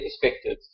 perspectives